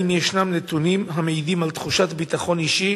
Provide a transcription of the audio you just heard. האם ישנם נתונים המעידים על תחושת ביטחון אישי